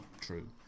true